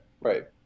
right